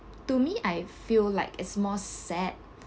to me I feel like is more sad